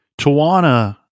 Tawana